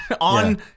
on